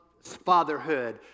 fatherhood